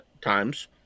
times